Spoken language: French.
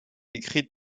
écrite